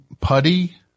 Putty